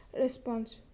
response